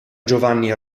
giovanni